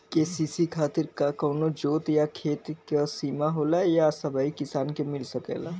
KCC खातिर का कवनो जोत या खेत क सिमा होला या सबही किसान के मिल सकेला?